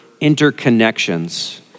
interconnections